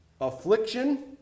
Affliction